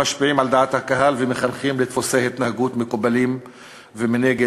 שמשפיעים על דעת הקהל ומחנכים בדפוסי התנהגות מקובלים ומנגד,